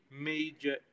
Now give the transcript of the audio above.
major